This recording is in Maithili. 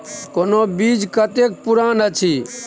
कोनो बीज कतेक पुरान अछि?